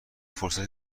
فرصتی